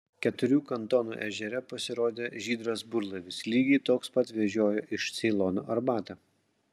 keturių kantonų ežere pasirodė žydras burlaivis lygiai toks pat vežiojo iš ceilono arbatą